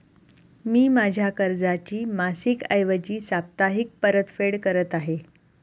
मी माझ्या कर्जाची मासिक ऐवजी साप्ताहिक परतफेड करत आहे